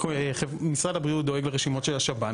משרד הבריאות דואג לרשימות של השב"ן